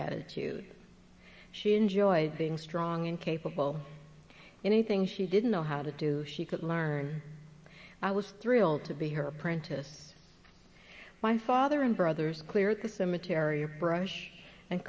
attitude she enjoyed being strong and capable of anything she didn't know how to do she could learn i was thrilled to be her apprentice my father and brothers clear the cemetery of brush and